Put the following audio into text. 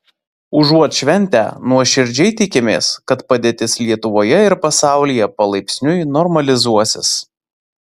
užuot šventę nuoširdžiai tikimės kad padėtis lietuvoje ir pasaulyje palaipsniui normalizuosis